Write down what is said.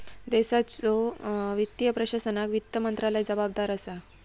देशाच्यो वित्तीय प्रशासनाक वित्त मंत्रालय जबाबदार असा